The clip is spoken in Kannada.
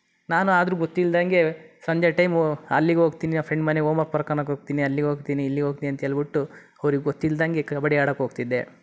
ನಾನು ಆದರೂ ಗೊತ್ತಿಲ್ಲದಂಗೆ ಸಂಜೆ ಟೈಮು ಅಲ್ಲಿಗೆ ಹೋಗ್ತೀನಿ ಆ ಫ್ರೆಂಡ್ ಮನೆಗೆ ಹೋಮ್ವರ್ಕ್ ಬರ್ಕಣಕ್ಕೆ ಹೋಗ್ತೀನಿ ಅಲ್ಲಿಗೆ ಹೋಗ್ತೀನಿ ಇಲ್ಲಿಗೆ ಹೋಗ್ತೀನಿ ಅಂತ ಹೇಳಿಬಿಟ್ಟು ಅವ್ರಿಗೆ ಗೊತ್ತಿಲ್ಲದಂಗೆ ಕಬಡ್ಡಿ ಆಡಕ್ಕೆ ಹೋಗ್ತಿದ್ದೆ